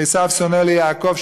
עשיו שונא ליעקב,